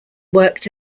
worked